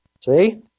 see